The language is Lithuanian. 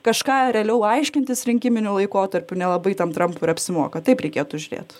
kažką realiau aiškintis rinkiminiu laikotarpiu nelabai tam trampui ir apsimoka taip reikėtų žiūrėt